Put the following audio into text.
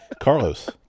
Carlos